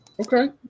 Okay